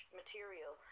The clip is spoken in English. material